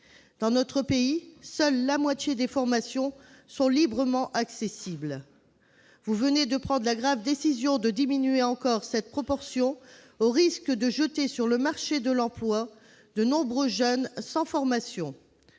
Dans notre pays, seule la moitié des formations est librement accessible. Vous venez de prendre la grave décision de diminuer encore cette proportion, au risque de jeter sur le marché de l'emploi de nombreux jeunes sans formation.